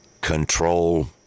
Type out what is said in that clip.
control